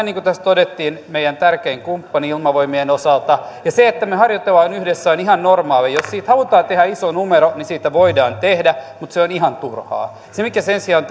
niin kuin tässä todettiin meidän tärkein kumppanimme ilmavoimien osalta ja se että me harjoittelemme yhdessä on ihan normaalia jos siitä halutaan tehdä iso numero niin siitä voidaan tehdä mutta se on ihan turhaa se mikä sen sijaan